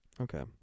Okay